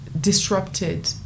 disrupted